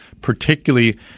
particularly